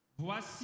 Voici